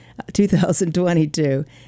2022